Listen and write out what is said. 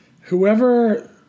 Whoever